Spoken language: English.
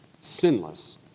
sinless